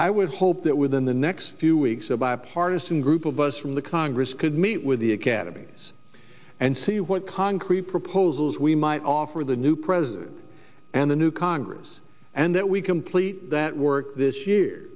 i would hope that within the next few weeks a bipartisan group of us from the congress could meet with the academies and see what concrete proposals we might offer the new president and the new congress and that we complete that work this year